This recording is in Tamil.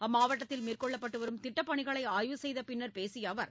அம்மாவட்டத்தில் மேற்கொள்ளப்பட்டு வரும் திட்டப்பணிகளை ஆய்வு செய்த பின்னர் பேசிய அவர்